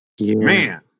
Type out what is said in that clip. Man